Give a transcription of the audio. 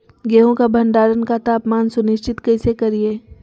गेहूं का भंडारण का तापमान सुनिश्चित कैसे करिये?